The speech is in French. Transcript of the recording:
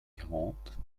quarante